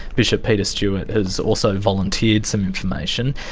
bishop peter stuart has also volunteered some information.